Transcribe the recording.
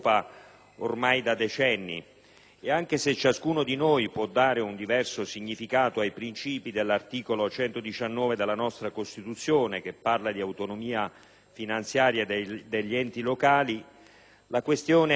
Anche se ciascuno di noi può dare un diverso significato ai principi dell'articolo 119 della nostra Costituzione, che parla di autonomia finanziaria degli enti locali, la questione richiede un grande attenzione.